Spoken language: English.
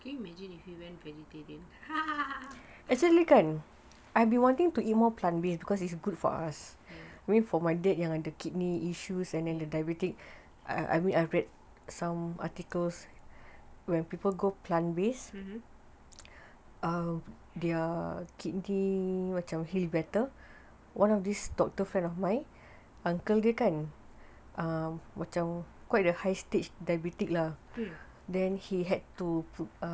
can you imagine if you went vegetarian mm